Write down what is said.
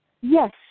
Yes